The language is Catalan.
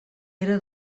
era